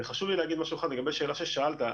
וחשוב לי להגיד משהו אחד לגבי שאלה ששאלת,